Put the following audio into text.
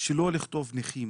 שלא לכתוב נכים,